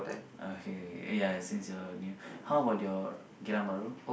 okay ya since your new how about your Geylang-Bahru